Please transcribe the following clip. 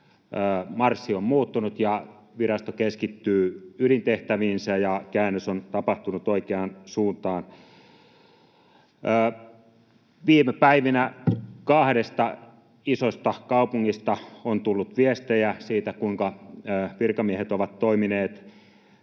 marssi on nyt muuttunut ja virasto keskittyy ydintehtäviinsä ja käännös on tapahtunut oikeaan suuntaan. Viime päivinä kahdesta isosta kaupungista on tullut viestejä siitä, kuinka virkamiehet ovat toimineet